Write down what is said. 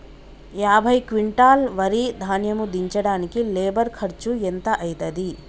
యాభై క్వింటాల్ వరి ధాన్యము దించడానికి లేబర్ ఖర్చు ఎంత అయితది?